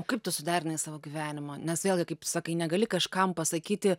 o kaip tu suderinai savo gyvenimą nes vėlgi kaip tu sakai negali kažkam pasakyti